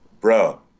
bro